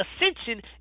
ascension